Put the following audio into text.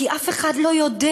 כי אף אחד לא יודע.